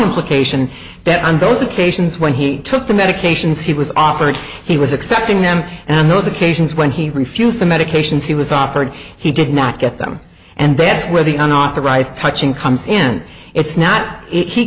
implication that on both occasions when he took the medications he was offered he was accepting them and on those occasions when he refused the medications he was offered he did not get them and that's where the unauthorized touching comes in it's not he